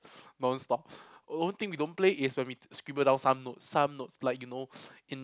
non stop only thing we don't play is when we scribble down some notes some notes like you know in